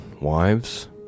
wives